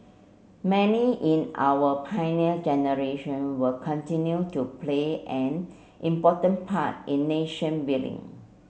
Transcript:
many in our Pioneer Generation will continue to play an important part in nation building